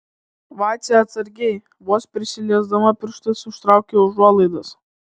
vacė atsargiai vos prisiliesdama pirštais užtraukia užuolaidas